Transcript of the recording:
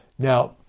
Now